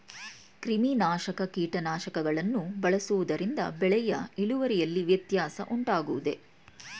ಕ್ರಿಮಿನಾಶಕ ಕೀಟನಾಶಕಗಳನ್ನು ಬಳಸುವುದರಿಂದ ಬೆಳೆಯ ಇಳುವರಿಯಲ್ಲಿ ವ್ಯತ್ಯಾಸ ಉಂಟಾಗುವುದೇ?